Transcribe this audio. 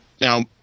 Now